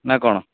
ନା କ'ଣ